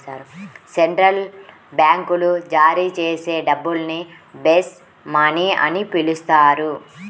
central బ్యాంకులు జారీ చేసే డబ్బుల్ని బేస్ మనీ అని పిలుస్తారు